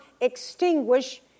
extinguish